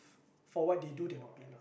for what they do they are not paid enough